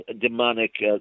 demonic